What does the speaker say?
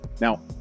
Now